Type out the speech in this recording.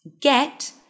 get